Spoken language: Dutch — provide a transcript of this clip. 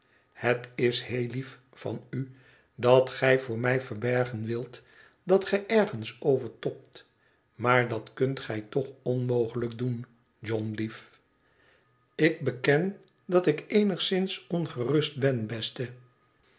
het is heel lief van u dat gij voor mij verbergen wilt dat gij ergens over tobt maar dat kunt gij toch onmogelijk doen john lief ik beken dat ik eenigszins ongerust ben beste